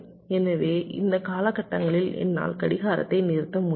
எனவே இந்த காலகட்டங்களில் என்னால் கடிகாரத்தை நிறுத்த முடியும்